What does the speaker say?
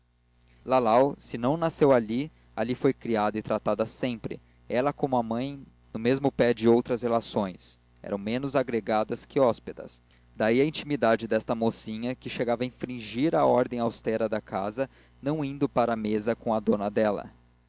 lalau se não nasceu ali ali foi criada e tratada sempre ela como a mãe no mesmo pé de outras relações eram menos agregadas que hóspedas daí a intimidade desta mocinha que chegava a infringir a ordem austera da casa não indo para a mesa com a dona dela